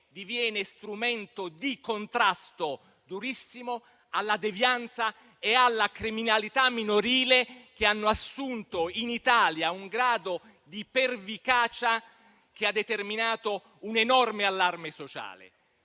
diviene strumento di contrasto durissimo alla devianza e alla criminalità minorile, che hanno assunto in Italia un grado di pervicacia che ha determinato un enorme allarme sociale.